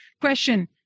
Question